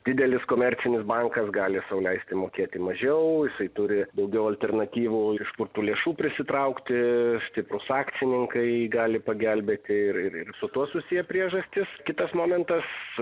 didelis komercinis bankas gali sau leisti mokėti mažiau jisai turi daugiau alternatyvų iš kur tų lėšų prisitraukti stiprūs akcininkai gali pagelbėti ir ir ir su tuo susiję priežastys kitas momentas